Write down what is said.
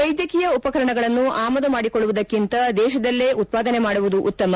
ವೈದ್ಯಕೀಯ ಉಪಕರಣಗಳನ್ನು ಆಮದು ಮಾಡಿಕೊಳ್ಳುವುದಕ್ಕಿಂತ ದೇಶದಲ್ಲೇ ಉತ್ಪಾದನೆ ಮಾಡುವುದು ಉತ್ತಮ